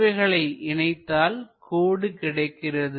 இவைகளை இணைத்தால் கோடு கிடைக்கிறது